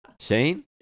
Shane